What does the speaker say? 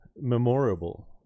memorable